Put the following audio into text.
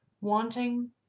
wanting